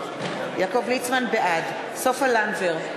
בעד סופה לנדבר,